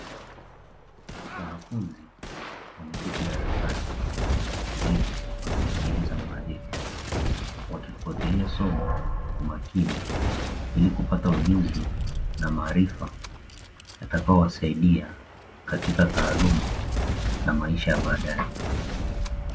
Wanafunzi wameketi darasani kwa utulivu wakimsikiliza mwalimu, wakifuatilia somo kwa makini ili kupata ujuzi na maarifa yatakayo wasaidia katika taaluma na maisha ya badaye.